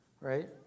right